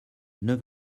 neuf